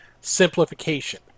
simplification